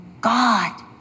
God